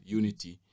unity